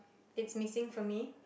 it's missing for me